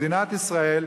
מדינת ישראל,